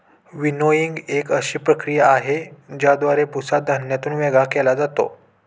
winnowing एक अशी प्रक्रिया आहे, ज्याद्वारे भुसा धान्यातून वेगळा केला जातो